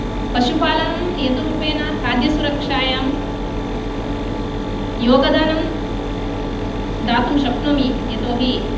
पशुपालनं नियतरूपेण खाद्यसुरक्षायां योगदानं दातुं शक्नोमि यतोऽहि